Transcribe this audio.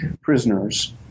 prisoners